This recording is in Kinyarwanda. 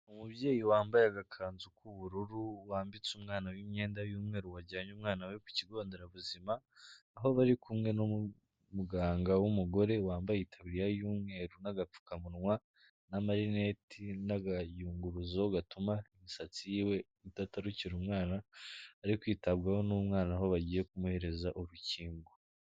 Umubyeyi wambaye agakanzu k'ubururu wambitse umwana we imyenda y'umweru wajyanye umwana we ku kigo nderabuzima, aho bari kumwe n'umuganga w'umugore wambaye itaburiya y'umweru n'agapfukamunwa n'amarineti n'agayunguruzo gatuma imisatsi yiwe udatarukira umwana, ari kwitabwaho n'umwana aho bagiye kumuhereza urukingo.